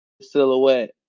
silhouette